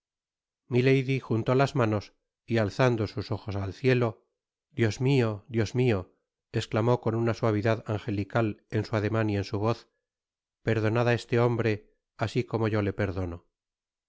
milady juntó las manos y alzando sus ojos al cielo dios mio dios mio esclamó con una suavidad angelical en su ademan y en su voz perdonad á este hombre asi como yo le perdono